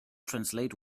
translate